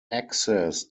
access